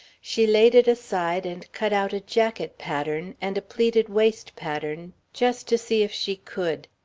she laid it aside and cut out a jacket pattern, and a plaited waist pattern just to see if she could.